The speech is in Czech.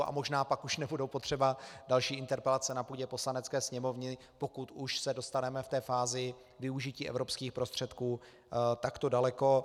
A možná pak už nebudou potřeba další interpelace na půdě Poslanecké sněmovny, pokud už se dostaneme v té fázi využití evropských prostředků takto daleko.